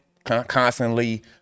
constantly